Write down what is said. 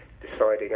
deciding